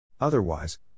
Otherwise